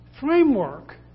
Framework